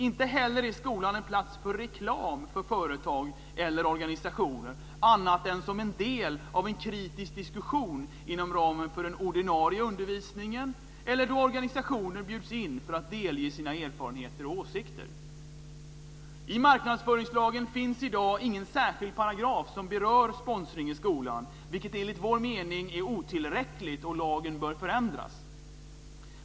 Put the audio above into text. Inte heller är skolan en plats för reklam för företag eller organisationer annat än som en del av en kritisk diskussion inom ramen för den ordinarie undervisningen, eller då organisationer bjuds in för att delge sina erfarenheter och åsikter. I marknadsföringslagen finns i dag ingen särskild paragraf som berör sponsring i skolan, vilket enligt vår mening är otillräckligt, och lagen bör förändras.